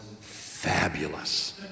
fabulous